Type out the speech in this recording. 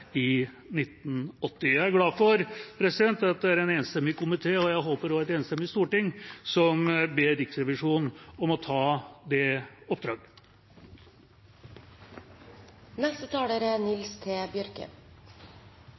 i 1980. Jeg er glad for at det er en enstemmig komité, og jeg håper også et enstemmig storting, som ber Riksrevisjonen om å ta det oppdraget.